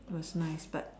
was nice but